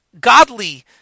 godly